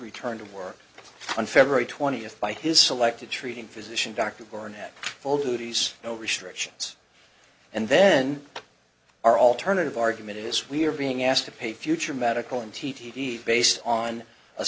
return to work on february twentieth by his selected treating physician dr barnett told duties no restrictions and then our alternative argument is we're being asked to pay future medical and t t d based on